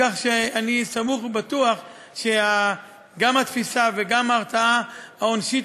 כך שאני סמוך ובטוח שגם התפיסה וגם ההרתעה העונשית